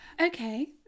okay